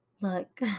Look